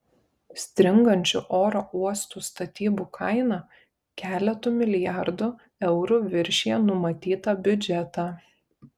stringančių oro uosto statybų kaina keletu milijardų eurų viršija numatytą biudžetą